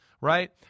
right